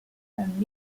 and